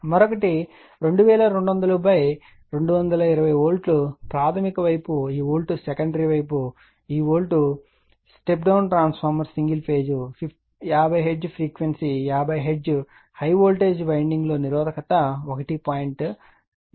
మరొకటి 2200 220 వోల్ట్ ప్రాధమిక వైపు ఈ వోల్ట్ సెకండరీ వైపు ఈ volt step down transformer single phase 50 hertz frequency 50 hertz high voltage వైండింగ్లో నిరోధకత 1